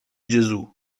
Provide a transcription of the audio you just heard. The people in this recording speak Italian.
gesù